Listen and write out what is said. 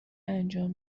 انجام